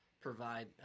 provide